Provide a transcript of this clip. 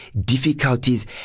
difficulties